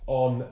on